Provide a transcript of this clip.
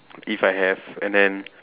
if I have and then